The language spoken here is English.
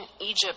Egypt